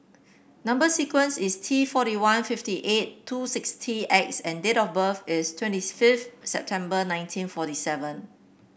number sequence is T forty one fifty eight two sixty X and date of birth is twenty fifth September nineteen forty seven